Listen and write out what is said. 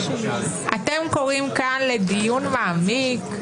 אתם קוראים כאן לדיון מעמיק,